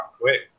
quick